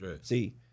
See